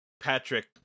Patrick